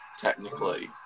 Technically